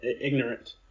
ignorant